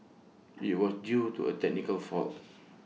IT was due to A technical fault